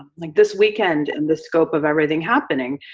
like this weekend, in the scope of everything happening,